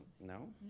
no